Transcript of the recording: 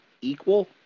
equal